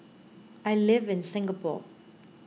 I live in Singapore